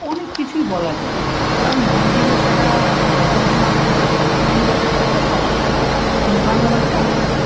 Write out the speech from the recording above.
অনেক কিছুই বলা যায় কারণ হিন্দি ভাষাটা সম্পূর্ণ আলাদা হিন্দি ভাষাটা আলাদা মানে বাংলা ভাষাটা আলাদা